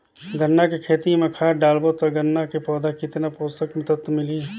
गन्ना के खेती मां खाद डालबो ता गन्ना के पौधा कितन पोषक तत्व मिलही?